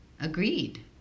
agreed